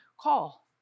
call